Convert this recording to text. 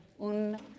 Un